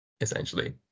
essentially